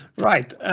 right? ah